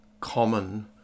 common